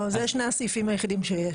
לא, זה שני הסעיפים היחידים שיש.